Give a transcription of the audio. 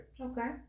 Okay